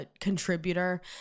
contributor